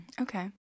Okay